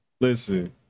Listen